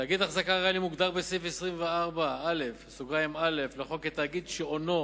תאגיד החזקה ריאלי מוגדר בסעיף 24א(א) לחוק כתאגיד שהונו